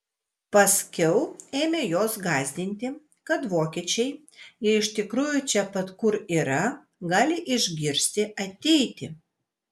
paskiau ėmė juos gąsdinti kad vokiečiai jei iš tikrųjų čia pat kur yra gali išgirsti ateiti